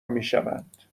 میشوند